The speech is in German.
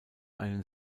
einen